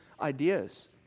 ideas